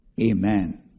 Amen